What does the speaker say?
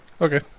okay